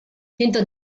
hinter